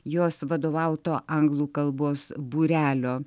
jos vadovauto anglų kalbos būrelio